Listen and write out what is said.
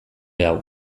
hau